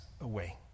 away